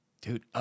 Dude